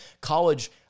College